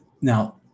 Now